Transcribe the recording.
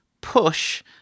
push